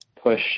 push